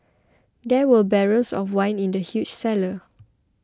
there were barrels of wine in the huge cellar